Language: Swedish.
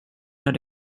hade